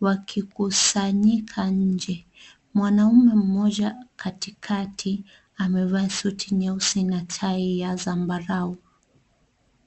wakikusanyika nje, mwanaume mmoja katikati amevaa suti nyeusi na tai ya zambarau.